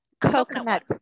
Coconut